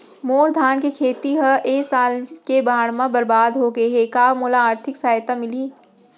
मोर धान के खेती ह ए साल के बाढ़ म बरबाद हो गे हे का मोला आर्थिक सहायता मिलही?